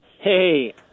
hey